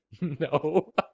No